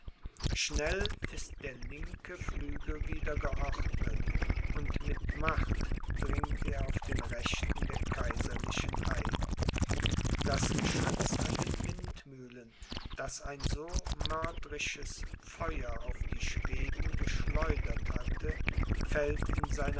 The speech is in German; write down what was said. schnell ist der linke flügel wieder geordnet und mit macht dringt er auf den rechten der kaiserlichen ein das geschütz an den windmühlen das ein so mörderisches feuer auf die schweden geschleudert hatte fällt